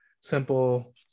simple